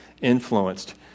influenced